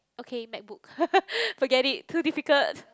okay MacBook forget it too difficult